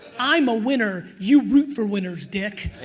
i'm a winner. you root for winners, dick.